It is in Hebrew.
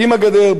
עם הגדר,